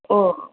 अ